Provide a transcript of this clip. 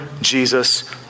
Jesus